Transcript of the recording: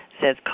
says